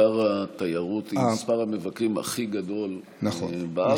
אתר התיירות עם מספר המבקרים הכי גדול בארץ.